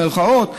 במירכאות,